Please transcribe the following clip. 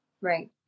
Right